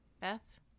Beth